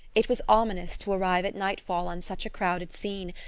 it was ominous to arrive at night-fall on such a crowded scene,